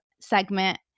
segment